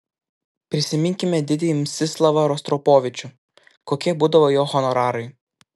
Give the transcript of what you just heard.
prisiminkime didįjį mstislavą rostropovičių kokie būdavo jo honorarai